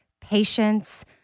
patience